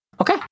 Okay